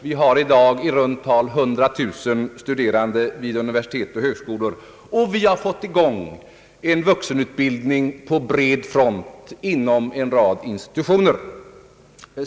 Vi har i dag i runt tal 100 000 studerande vid universitet och högskolor. Och vi har fått i gång vuxenutbildning på bred front inom en rad institutioner.